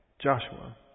Joshua